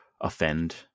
offend